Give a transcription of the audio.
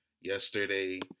yesterday